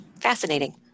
Fascinating